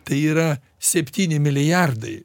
tai yra septyni milijardai